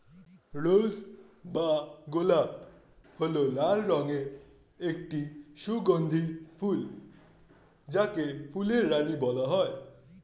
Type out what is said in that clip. রোজ বা গোলাপ হল লাল রঙের একটি সুগন্ধি ফুল যাকে ফুলের রানী বলা হয়